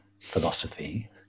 philosophy